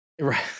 Right